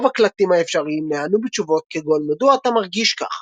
ורוב הקלטים האפשריים נענו בתשובות כגון "מדוע את/ה מרגיש/ה